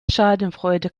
schadenfreude